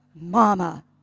Mama